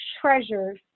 treasures